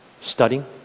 studying